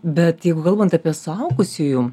bet jeigu kalbant apie suaugusiųjų